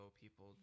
people